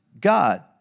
God